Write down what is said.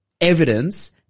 evidence